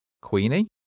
Queenie